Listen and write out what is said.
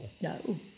No